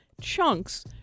chunks